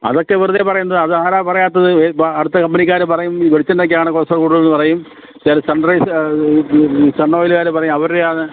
അതൊക്കെ വെറുതെ പറയുന്നതാണ് അത് ആരാണ് പറയാത്തത് വേ അ അടുത്ത കമ്പനിക്കാർ പറയും ഈ വെളിച്ചെണ്ണയ്ക്കാണ് കോളസ്ട്രോൾ കൂടുതലെന്ന് പറയും ചില സൺറൈസ് സൺ ഓയിൽകാർ പറയും അവരുടെയാണ്